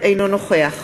אינו נוכח